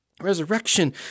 Resurrection